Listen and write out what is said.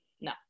No